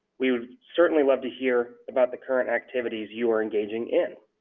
we would certainly love to hear about the current activities you are engaging in.